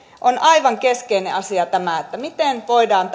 on aivan keskeinen asia tämä miten voidaan